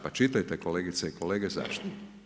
Pa čitajte kolegice i kolege zašto.